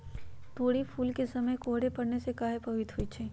तोरी फुल के समय कोहर पड़ने से काहे पभवित होई छई?